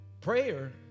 Prayer